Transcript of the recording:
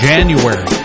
January